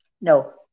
No